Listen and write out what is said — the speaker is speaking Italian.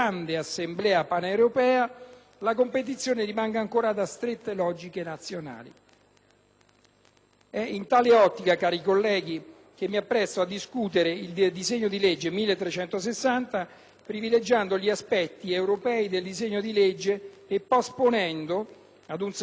È in tale ottica, cari colleghi, che mi appresto a discutere il disegno di legge n. 1360, privilegiando gli aspetti europei del disegno di legge stesso e posponendo ad un secondo momento la discussione sui rilievi nazionali dei quali comunque riconosco l'importanza.